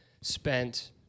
spent